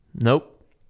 Nope